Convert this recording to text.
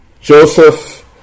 Joseph